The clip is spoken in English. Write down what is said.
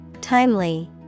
Timely